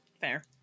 fair